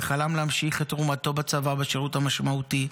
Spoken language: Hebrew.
וחלם להמשיך את תרומתו בצבא בשירות משמעותי.